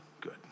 good